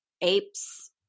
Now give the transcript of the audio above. apes